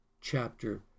chapter